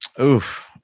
Oof